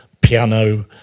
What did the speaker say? piano